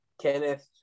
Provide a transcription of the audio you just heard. kenneth